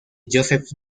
joseph